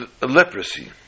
leprosy